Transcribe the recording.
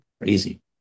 Crazy